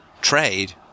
trade